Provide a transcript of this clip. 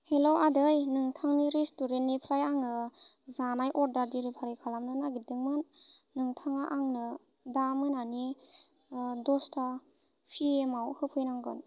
हेल' आदै नोंथांनि रेस्टुरेन्टनिफ्राय आङो जानाय अर्दार देलिबारि खालामनो नागिरदोंमोन नोंथाङा आंनो दा मोनानि दस्था पिएमआव होफैनांगोन